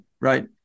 Right